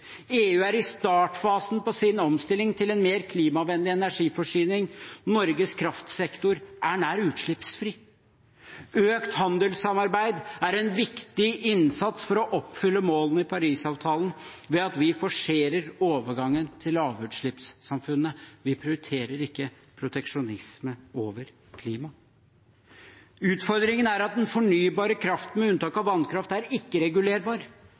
EU er i startfasen av sin omstilling til en mer klimavennlig energiforsyning. Norges kraftsektor er nær utslippsfri. Økt handelssamarbeid er en viktig innsats for å oppfylle målene i Parisavtalen ved at vi forserer overgangen til lavutslippssamfunnet. Vi prioriterer ikke proteksjonisme over klima. Utfordringen er at den fornybare kraften, med unntak av vannkraft, er ikke-regulerbar. Det er ikke